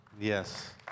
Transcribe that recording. Yes